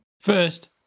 First